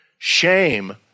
Shame